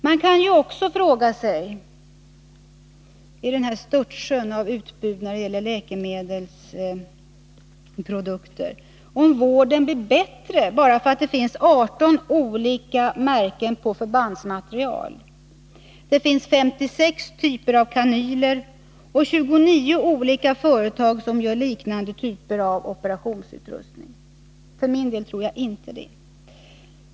Man kan också, med tanke på mångfalden i utbudet av läkemedelsprodukter, fråga sig om vården blir bättre för att det finns 18 olika märken på förbandsmaterial, 56 typer av kanyler och 29 olika företag som gör liknande typer av operationsutrustning. För min del tror jag inte det.